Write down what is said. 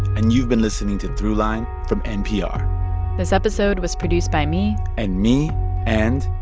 and you've been listening to throughline from npr this episode was produced by me. and me and.